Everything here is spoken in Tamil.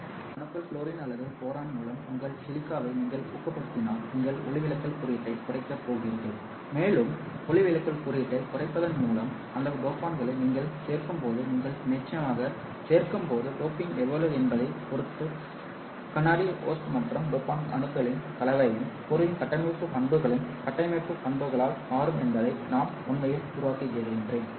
எனவே இந்த அணுக்கள் ஃவுளூரின் அல்லது போரான் மூலம் உங்கள் சிலிக்காவை நீங்கள் ஊக்கப்படுத்தினால் நீங்கள் ஒளிவிலகல் குறியீட்டைக் குறைக்கப் போகிறீர்கள் மேலும் ஒளிவிலகல் குறியீட்டைக் குறைப்பதன் அளவு இந்த டோபண்ட்களை நீங்கள் சேர்க்கும்போது நீங்கள் நிச்சயமாக சேர்க்கப் போகும் டோப்பிங் எவ்வளவு என்பதைப் பொறுத்தது கண்ணாடி ஹோஸ்ட் மற்றும் டோபன்ட் அணுக்களின் கலவையும் பொருளின் கட்டமைப்பு பண்புகளும் கட்டமைப்பு பண்புகளால் மாறும் என்பதை நான் உண்மையில் உருவாக்குகிறேன்